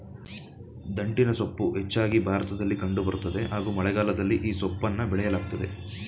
ದಂಟಿನಸೊಪ್ಪು ಹೆಚ್ಚಾಗಿ ಭಾರತದಲ್ಲಿ ಕಂಡು ಬರ್ತದೆ ಹಾಗೂ ಮಳೆಗಾಲದಲ್ಲಿ ಈ ಸೊಪ್ಪನ್ನ ಬೆಳೆಯಲಾಗ್ತದೆ